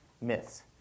myths